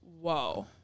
whoa